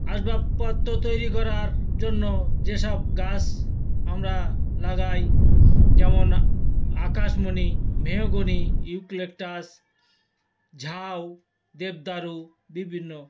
আসবাবপত্র তৈরি করার জন্য যেসব গাছ আমরা লাগাই যেমন আকাশমণি মেহগনি ইউক্যালিপটাস ঝাউ দেবদারু বিভিন্ন